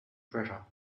treasure